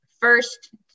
first